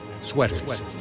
sweaters